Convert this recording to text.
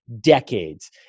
decades